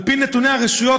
על פי נתוני הרשויות,